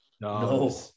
No